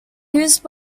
used